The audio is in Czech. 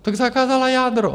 Tak zakázala jádro.